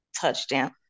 touchdown